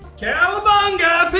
cowabunga!